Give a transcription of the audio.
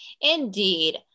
Indeed